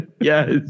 yes